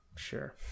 sure